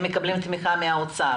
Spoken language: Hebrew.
מקבלים תמיכה מהאוצר